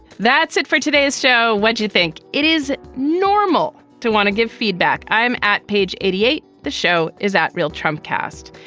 that's it for today's show. what do you think? it is normal to want to give feedback. i'm at page eighty eight. the show is at real trump cast.